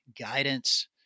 guidance